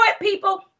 people